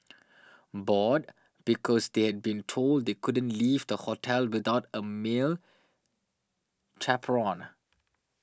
bored because they had been told they couldn't leave the hotel without a male chaperone